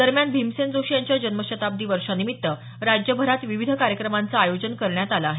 दरम्यान भीमसेन जोशी यांच्या जन्मशताब्दी वर्षानिमित्त राज्यभरात विविध कार्यक्रमाचं आयोजन करण्यात आलं आहे